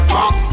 Fox